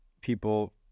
people